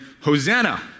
Hosanna